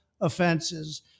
offenses